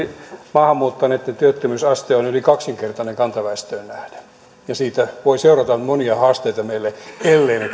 maahan muuttaneitten työttömyysaste on yli kaksinkertainen kantaväestöön nähden ja siitä voi seurata monia haasteita meille ellemme